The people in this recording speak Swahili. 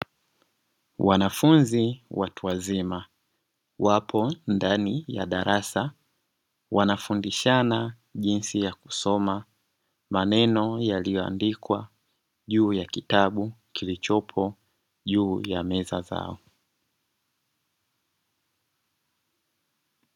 Wanafunzi watu wazima, wapo ndani ya darasa wanafundishana jinsi ya kusoma maneneo yaliyo andikwa juu ya kitabu kilichopo juu ya meza zao.